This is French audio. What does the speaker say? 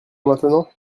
maintenant